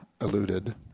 alluded